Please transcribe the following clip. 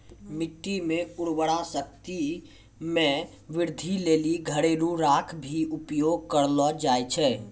मिट्टी रो उर्वरा शक्ति मे वृद्धि लेली घरेलू राख भी उपयोग करलो जाय छै